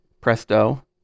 Presto